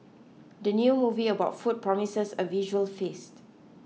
the new movie about food promises a visual feast